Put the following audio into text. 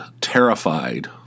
terrified